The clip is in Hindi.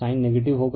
साइन नेगेटिव होगा